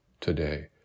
today